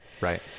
Right